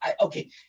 Okay